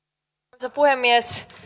arvoisa puhemies